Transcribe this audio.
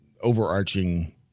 overarching